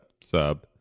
sub